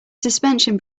suspension